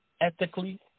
ethically